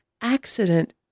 accident